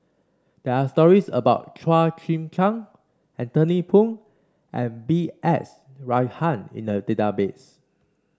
there are stories about Chua Chim Kang Anthony Poon and B S Rajhan in the database